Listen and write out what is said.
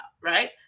right